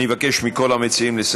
אני מבקש מכל המציעים של ההצעות